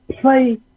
play